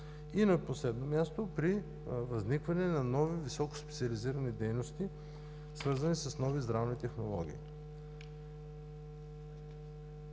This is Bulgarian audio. И на последно място – при възникване на нови високоспециализирани дейности, свързани с нови здравни технологии.